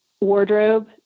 wardrobe